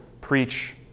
preach